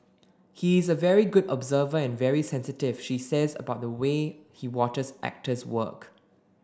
he is a very good observer and very sensitive she says about the way he watches actors work